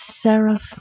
seraph